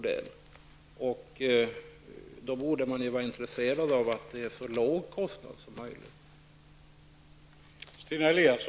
Då borde man vara intresserad av en så låg kostnad som möjligt.